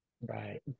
Right